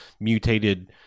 mutated